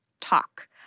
TALK